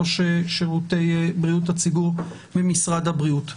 ראש שירותי בריאות הציבור ממשרד הבריאות.